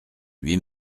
lui